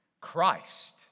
Christ